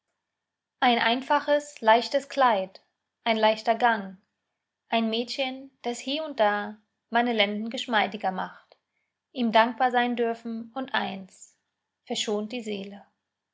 ein einfaches leichtes kleid ein leichter gang ein mädchen das hie und da meine lenden geschmeidiger macht ihm dankbar sein dürfen und eins verschont die seele